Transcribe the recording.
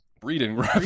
breeding